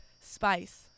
spice